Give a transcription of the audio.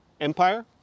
empire